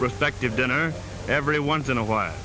prospective dinner every once in a while